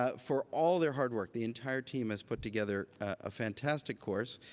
ah for all their hard work. the entire team has put together a fantastic course.